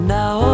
now